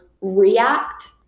react